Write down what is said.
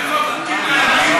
לאכוף